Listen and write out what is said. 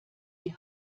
die